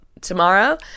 tomorrow